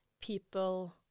people